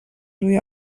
روی